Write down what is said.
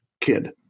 kid